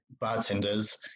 bartenders